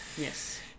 Yes